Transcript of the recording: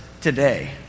today